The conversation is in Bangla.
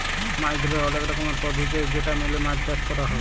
মাছ ধরার অলেক রকমের পদ্ধতি আছে যেটা মেলে মাছ চাষ ক্যর হ্যয়